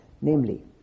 namely